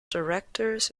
directors